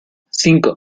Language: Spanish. cinco